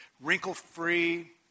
wrinkle-free